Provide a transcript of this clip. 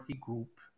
group